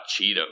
Cheetos